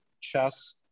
chess